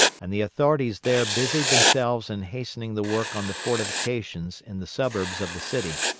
and the authorities there busied themselves in hastening the work on the fortifications in the suburbs of the city.